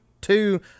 two